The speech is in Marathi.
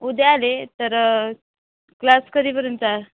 उद्या आले तर क्लास कधीपर्यंत आहे